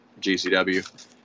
GCW